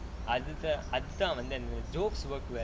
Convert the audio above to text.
அது தான்:athu thaan jokes were